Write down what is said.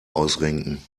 ausrenken